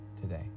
today